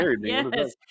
yes